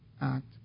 act